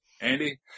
Andy